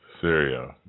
Syria